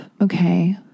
okay